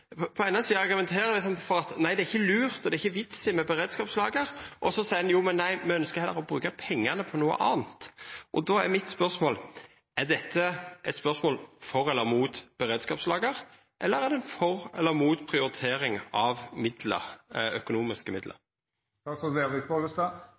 på den eine sida argumenterer med at det ikkje er lurt og ingen vits i å ha eit beredskapslager, og på den andre sida at dei ønskjer å bruka pengane på noko anna. Då er spørsmålet mitt: Er dette eit spørsmål for eller mot beredskapslager, eller er det for eller mot prioritering av økonomiske midlar? Hvis det hadde vært en diskusjon for og imot prioritering av midler,